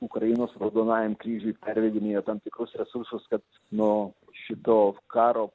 ukrainos raudonajam kryžiui pervedinėja tam tikrus resursus kad nuo šito karo